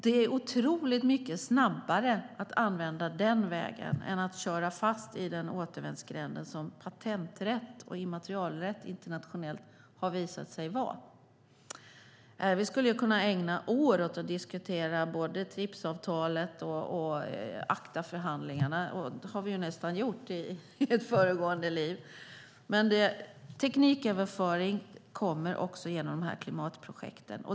Det är otroligt mycket snabbare att använda den vägen än att köra fast i den återvändsgränd som patenträtt och immaterialrätt internationellt har visat sig vara. Vi skulle kunna ägna år åt att diskutera både TRIPS-avtalet och ACTA-förhandlingarna, och det har vi ju nästan gjort i ett föregående liv! Tekniköverföring kommer också genom de här klimatprojekten.